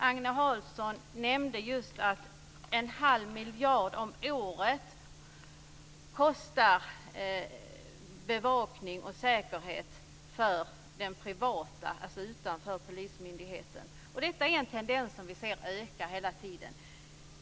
Agne Hansson nämnde att bevakning och säkerhet kostar 1⁄2 miljard om året. Det gäller det privata, utanför polismyndigheten.